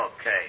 Okay